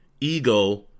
ego